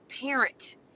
parent